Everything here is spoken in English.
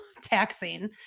taxing